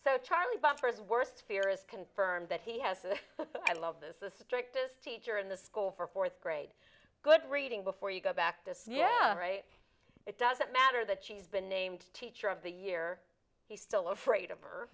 so charlie buffer's worst fear is confirmed that he has the i love this the strictest teacher in the school for fourth grade good reading before you go back this yeah right it doesn't matter that she's been named teacher of the year he still afraid of her